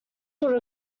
would